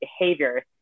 behaviors